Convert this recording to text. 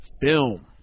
film